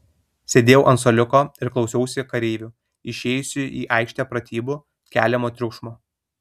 sėdėjau ant suoliuko ir klausiausi kareivių išėjusių į aikštę pratybų keliamo triukšmo